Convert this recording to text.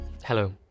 Hello